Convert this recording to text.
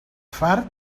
fart